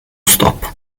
stop